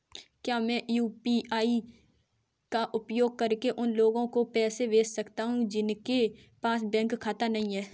क्या मैं यू.पी.आई का उपयोग करके उन लोगों को पैसे भेज सकता हूँ जिनके पास बैंक खाता नहीं है?